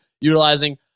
utilizing